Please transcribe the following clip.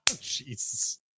Jesus